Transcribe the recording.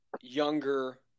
younger